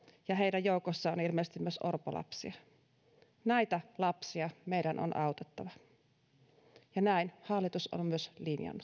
ja heidän joukossaan on ilmeisesti myös orpolapsia näitä lapsia meidän on autettava ja näin hallitus on myös linjannut